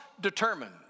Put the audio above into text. determined